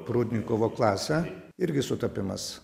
prudnikovo klasę irgi sutapimas